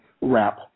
wrap